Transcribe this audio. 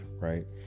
right